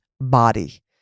body